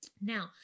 Now